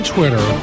Twitter